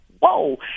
whoa